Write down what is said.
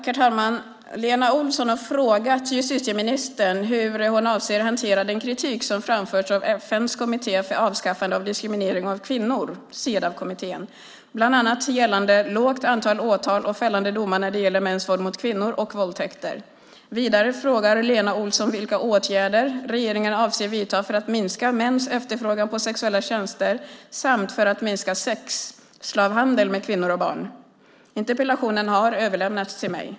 Herr talman! Lena Olsson har frågat justitieministern hur hon avser att hantera den kritik som framförts av FN:s kommitté för avskaffande av diskriminering av kvinnor, Cedawkommittén, bland annat gällande lågt antal åtal och fällande domar när det gäller mäns våld mot kvinnor och våldtäkter. Vidare frågar Lena Olsson vilka åtgärder regeringen avser att vidta för att minska mäns efterfrågan på sexuella tjänster samt för att minska sexslavhandeln med kvinnor och barn. Interpellationen har överlämnats till mig.